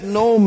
no